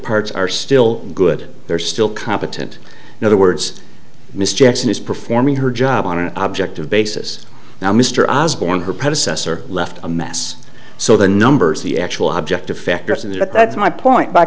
parts are still good they're still competent in other words mr jackson is performing her job on an object of basis now mr i was born her predecessor left a mess so the numbers the actual objective facts and that's my point by